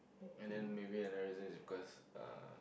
and then maybe another reason is because uh